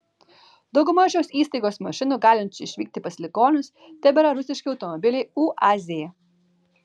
dauguma šios įstaigos mašinų galinčių išvykti pas ligonius tebėra rusiški automobiliai uaz